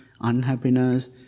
unhappiness